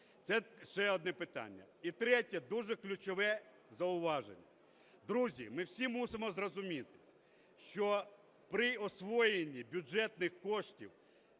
Це ще одне питання. І третє, дуже ключове зауваження. Друзі, ми всі мусимо зрозуміти, що при освоєнні бюджетних коштів,